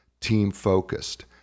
team-focused